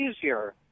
easier